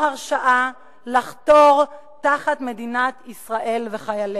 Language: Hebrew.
הרשאה לחתור תחת מדינת ישראל וחייליה.